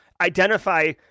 identify